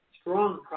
strong